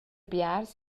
biars